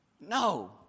No